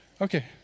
Okay